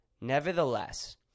Nevertheless